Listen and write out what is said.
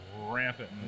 rampant